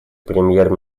премьер